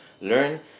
learn